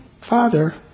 Father